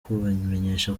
kubamenyesha